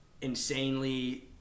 insanely